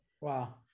Wow